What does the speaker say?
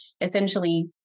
Essentially